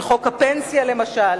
על חוק הפנסיה למשל.